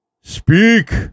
Speak